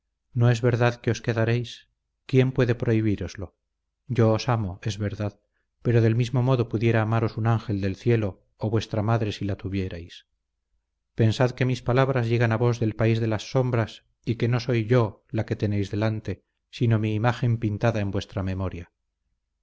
no es verdad que os quedaréis quién puede prohibíroslo yo os amo es verdad pero del mismo modo pudiera amaros un ángel del cielo o vuestra madre si la tuvierais pensad que mis palabras llegan a vos del país de las sombras y que no soy yo la que tenéis delante sino mi imagen pintada en vuestra memoria